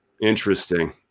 interesting